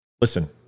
Listen